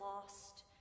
lost